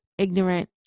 ignorant